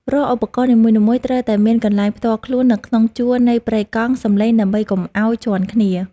រាល់ឧបករណ៍នីមួយៗត្រូវតែមានកន្លែងផ្ទាល់ខ្លួននៅក្នុងជួរនៃប្រេកង់សំឡេងដើម្បីកុំឱ្យជាន់គ្នា។